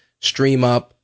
StreamUp